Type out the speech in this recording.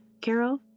Carol